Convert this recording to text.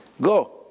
Go